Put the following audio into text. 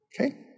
okay